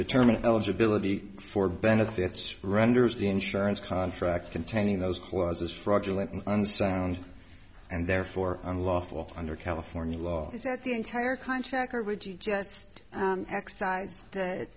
determine eligibility for benefits runners the insurance contract containing those clauses fraudulent and unsound and therefore unlawful under california law is that the entire contract or would you just excise